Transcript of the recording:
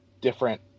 different